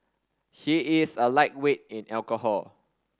he is a lightweight in alcohol